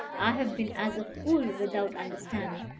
i have been as a fool without understanding.